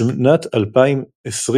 בשנת 2020,